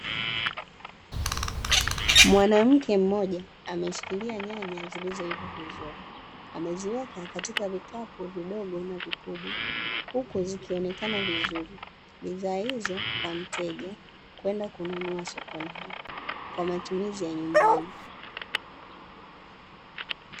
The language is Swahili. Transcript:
Mwanamke mmoja ameshikilia nyanya zilizoiva vizuri, ameziweka katika vikapu vidogo na vikibwa huku zikionekana vizuri, bidhaa hizo kwa mteja kwenda kununua sokoni hapo kwa matumizi ya nyumbani.